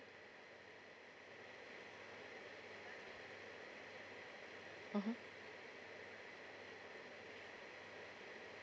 mmhmm